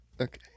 Okay